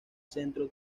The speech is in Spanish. centro